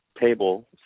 table